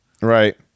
Right